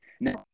no